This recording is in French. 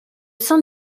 sein